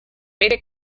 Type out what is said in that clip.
bere